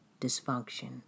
dysfunction